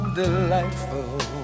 delightful